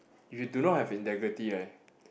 if you do not have integrity right